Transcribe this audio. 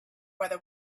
whether